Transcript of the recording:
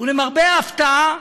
ולמרבה ההפתעה,